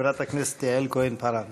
חברת הכנסת יעל כהן-פארן.